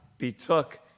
betook